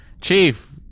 chief